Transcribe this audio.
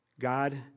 God